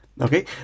okay